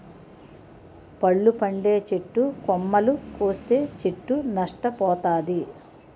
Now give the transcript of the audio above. పళ్ళు పండే చెట్టు కొమ్మలు కోస్తే చెట్టు నష్ట పోతాది